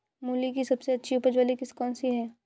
मूली की सबसे अच्छी उपज वाली किश्त कौन सी है?